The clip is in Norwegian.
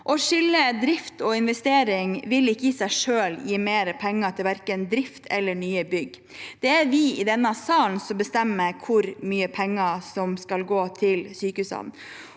Å skille mellom drift og investering vil ikke i seg selv gi mer penger til verken drift eller nye bygg. Det er vi i denne salen som bestemmer hvor mye penger som skal gå til sykehusene.